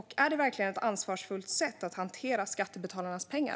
Är det verkligen ett ansvarsfullt sätt att hantera skattebetalarnas pengar?